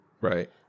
Right